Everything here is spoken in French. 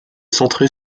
centrée